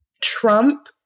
Trump